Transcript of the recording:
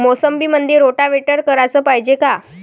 मोसंबीमंदी रोटावेटर कराच पायजे का?